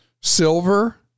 silver